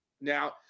Now